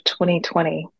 2020